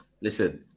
listen